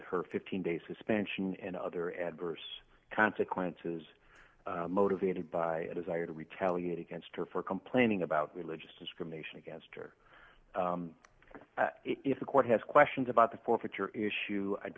her fifteen day suspension and other adverse consequences motivated by a desire to retaliate against her for complaining about religious discrimination against her if the court has questions about the forfeiture issue i'd be